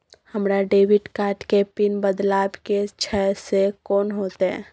हमरा debit card के PIN बदलवा के छै से कोन होतै?